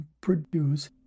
produce